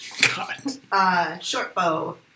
shortbow